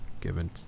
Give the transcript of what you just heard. given